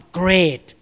great